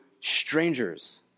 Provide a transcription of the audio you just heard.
strangers